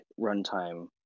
runtime